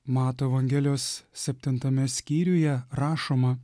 mato evangelijos septintame skyriuje rašoma